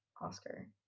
Oscar